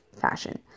fashion